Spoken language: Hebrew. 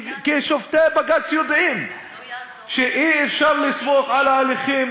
כי שופטי בג"ץ יודעים שאי-אפשר לסמוך על ההליכים